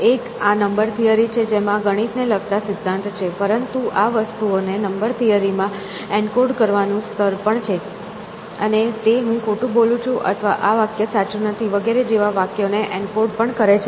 એક આ number theory છે જેમાં ગણિત ને લગતા સિદ્ધાંત છે પરંતુ આ વસ્તુઓને નંબર થિયરી માં એન્કોડ કરવાનું સ્તર પણ છે અને તે "હું ખોટું બોલું છું" અથવા "આ વાક્ય સાચું નથી" વગેરે જેવા વાક્યોને એનકોડ પણ કરે છે